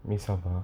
miss saba